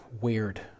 weird